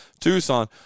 tucson